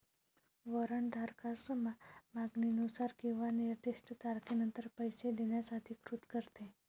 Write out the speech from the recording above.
warrant धारकास मागणीनुसार किंवा निर्दिष्ट तारखेनंतर पैसे देण्यास अधिकृत करते